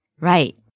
Right